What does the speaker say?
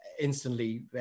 instantly